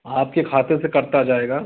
आपके खाते से कटता जाएगा